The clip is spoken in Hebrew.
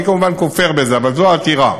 אני כמובן כופר בזה, אבל זו העתירה.